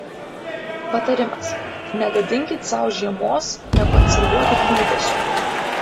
patarimas negadinkit sau žiemos nekonservuokit liūdesio